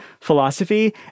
philosophy